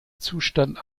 zustand